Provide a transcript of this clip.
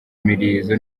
murizo